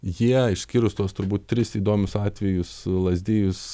jie išskyrus tuos turbūt tris įdomius atvejus lazdijus